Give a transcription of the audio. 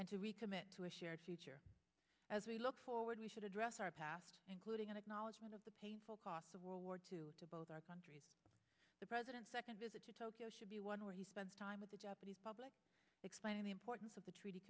and to recommit to a shared future as we look forward we should address our past including an acknowledgement of the painful cost of world war two to both our countries the president's second visit to tokyo should be one where he spent time with the japanese public explaining the importance of the treaty